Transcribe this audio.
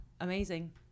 Amazing